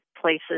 places